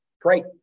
great